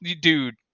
dude